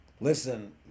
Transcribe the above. listen